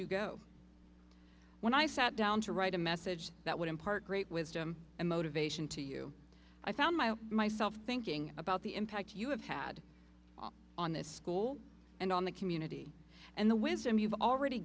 you go when i sat down to write a message that would impart great wisdom and motivation to you i found my myself thinking about the impact you have had on this school and on the community and the wisdom you've already